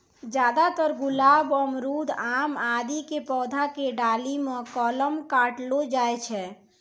ज्यादातर गुलाब, अमरूद, आम आदि के पौधा के डाली मॅ कलम काटलो जाय छै